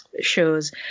shows